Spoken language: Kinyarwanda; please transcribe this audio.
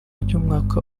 ry’umwaka